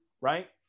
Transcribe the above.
right